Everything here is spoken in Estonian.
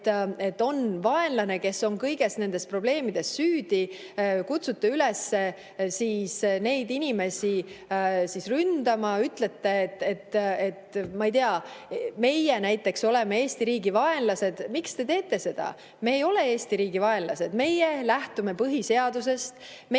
et on vaenlane, kes on kõigis nendes probleemides süüdi, kutsute üles neid inimesi ründama, ütlete, ma ei tea, et näiteks meie oleme Eesti riigi vaenlased? Miks te teete seda? Meie ei ole Eesti riigi vaenlased. Meie lähtume põhiseadusest.